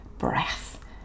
breath